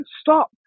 stop